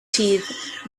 teeth